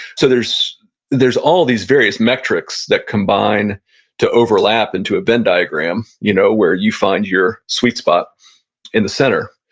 so there's there's all these various metrics that combine to overlap into a venn diagram, you know where you find your sweet spot in the center.